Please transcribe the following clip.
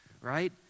right